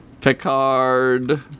Picard